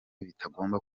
bitagomba